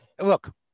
look